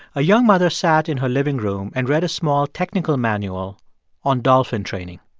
a young mother sat in her living room and read a small technical manual on dolphin training.